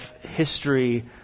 history